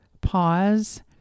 pause